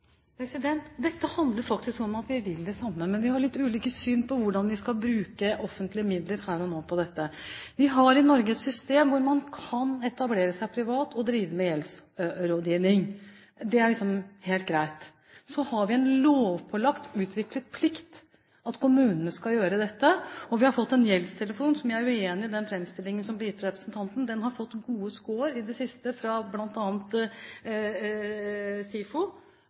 Dette handler faktisk om at vi vil det samme, men vi har litt ulikt syn på hvordan vi skal bruke offentlige midler til dette her og nå. I Norge har vi et system hvor man kan etablere seg privat og drive med gjeldsrådgivning – det er helt greit. Men så har kommunene en lovpålagt, utviklet plikt til å gjøre dette. Og vi har fått en gjeldstelefon. Jeg er uenig i den fremstillingen som blir gitt av representanten; den har fått gode score i det siste, bl.a. fra SIFO,